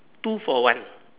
two for one